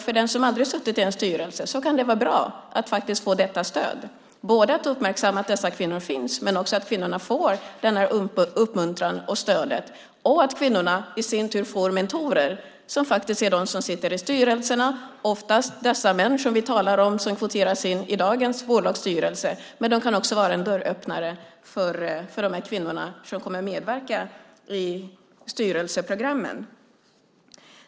För den som aldrig har suttit i en styrelse kan det vara bra att faktiskt få detta stöd. Det är viktigt att uppmärksamma att dessa kvinnor finns, att kvinnorna får denna uppmuntran och stöd och får mentorer som sitter i styrelserna. Oftast är mentorerna dessa män som vi talar om som kvoteras in i dagens bolagsstyrelser. De kan också vara en dörröppnare för de kvinnor som kommer att delta i styrelseprogrammen.